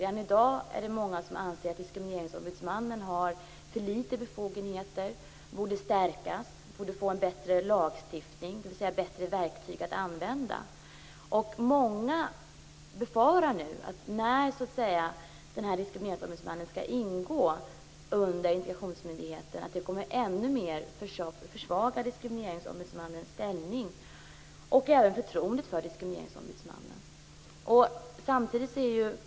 Redan i dag anser många att Diskrimineringsombudsmannen har för små befogenheter, borde stärkas och få en bättre lagstiftning, dvs. bättre verktyg att använda. Många befarar att när Diskrimineringsombudsmannen nu skall ingå under integrationsmyndigheten kommer det att försvaga Diskrimineringsombudsmannens ställning ännu mer och även förtroendet för Diskrimineringsombudsmannen.